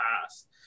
past